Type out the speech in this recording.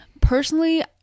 Personally